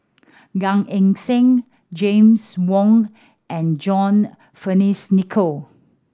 Gan Eng Seng James Wong and John Fearns Nicoll